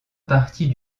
partie